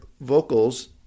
vocals